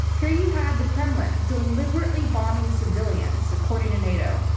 here you had the kremlin deliberately bombing civilians, according to nato,